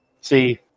see